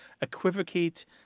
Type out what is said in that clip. equivocate